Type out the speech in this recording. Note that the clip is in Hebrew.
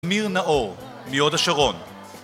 אמיר נאור, מהוד השרון